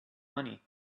money